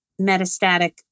metastatic